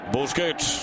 Busquets